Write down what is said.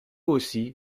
aussi